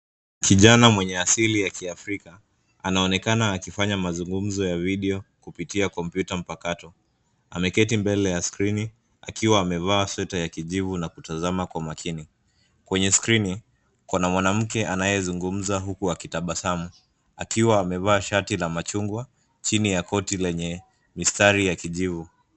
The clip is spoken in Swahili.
Kijana mwenye asili ya kiafrika anaonekana akifanya mazugumzo ya video kupitia kompyuta ya mapato. Ameketi mbele ya skrini akiwa amevaa sweta ya kijivu na kutazama kwa makini. kwenye skrini kuna mwanamke anayezugumza huku akitabasamu akiwa amevaa shati la machungwa chini ya koti lenye mistari ya kijivu.